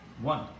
One